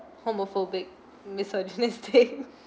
homophobic misogynistic